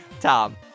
Tom